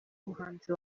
umuhanzi